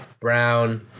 Brown